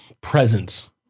presence